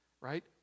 right